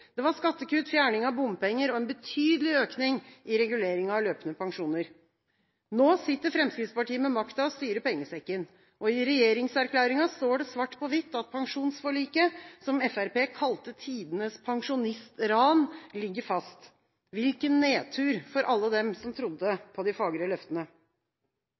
Det var skattekutt, fjerning av bompenger og en betydelig økning i reguleringen av løpende pensjoner. Nå sitter Fremskrittspartiet med makta og styrer pengesekken. I regjeringserklæringen står det svart på hvitt at pensjonsforliket, som Fremskrittspartiet kalte tidenes pensjonistran, ligger fast. Hvilken nedtur for alle dem som trodde på de fagre løftene!